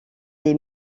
des